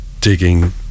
digging